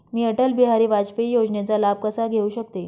मी अटल बिहारी वाजपेयी योजनेचा लाभ कसा घेऊ शकते?